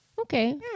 Okay